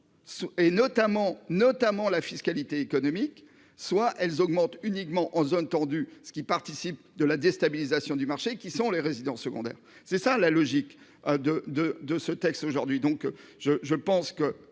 notamment la fiscalité économique soit elles augmentent uniquement en zone tendue ce qui participe de la déstabilisation du marché qui sont les résidences secondaires. C'est ça la logique de de de ce texte aujourd'hui